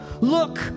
Look